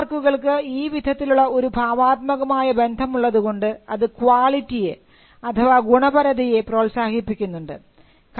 trade മാർക്കുകൾക്ക് ഈ വിധത്തിലുള്ള ഒരു ഭാവാത്മകമായ ബന്ധമുള്ളതുകൊണ്ട് അത് ക്വാളിറ്റിയെ ഗുണപരതയെ പ്രോത്സാഹിപ്പിക്കുന്നുണ്ട്